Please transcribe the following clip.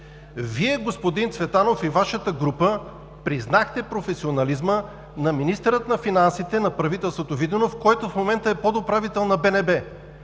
Вие, господин Цветанов, и Вашата група признахте професионализма на министъра на финансите на правителството Виденов, който в момента е подуправител на БНБ.